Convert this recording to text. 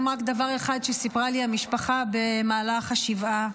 רק דבר אחד שסיפרה לי המשפחה במהלך השבעה,